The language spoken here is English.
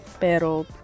pero